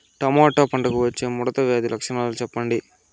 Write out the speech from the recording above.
Tomato పంటకు వచ్చే ముడత వ్యాధి లక్షణాలు చెప్పండి?